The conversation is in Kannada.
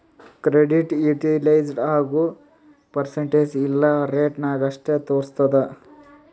ಕ್ರೆಡಿಟ್ ಯುಟಿಲೈಜ್ಡ್ ಯಾಗ್ನೂ ಪರ್ಸಂಟೇಜ್ ಇಲ್ಲಾ ರೇಟ ನಾಗ್ ಅಷ್ಟೇ ತೋರುಸ್ತುದ್